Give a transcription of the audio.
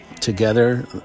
together